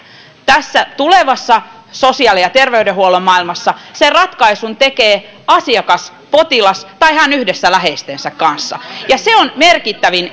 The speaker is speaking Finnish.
tässä tulevassa sosiaali ja terveydenhuollon maailmassa sen ratkaisun tekee asiakas potilas tai hän yhdessä läheistensä kanssa se on merkittävin